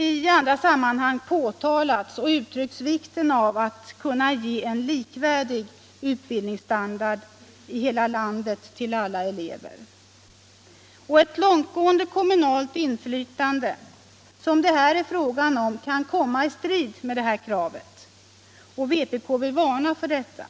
I andra sammanhang har man framhållit vikten av att kunna ge en likvärdig utbildningsstandard i hela landet till alla elever. Ett långtgående kommunalt inflytande, som det här är fråga om, kan komma i strid med det kravet, och vpk vill varna för detta.